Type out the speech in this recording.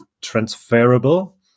transferable